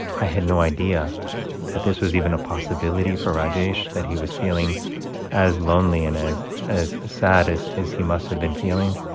i had no idea that this was even a possibility for rajesh, that he was feeling as lonely and as as sad as as he must have been feeling.